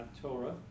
Torah